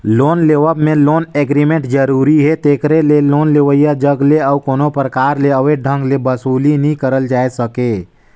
loan लेवब में loan agreement जरूरी हे तेकरे ले लोन लेवइया जग ले अउ कोनो परकार ले अवैध ढंग ले बसूली नी करल जाए सके